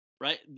right